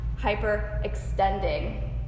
hyperextending